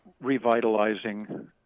Revitalizing